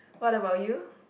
what about you